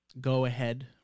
go-ahead